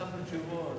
אספנו תשובות.